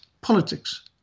politics